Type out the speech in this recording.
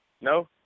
No